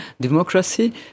democracy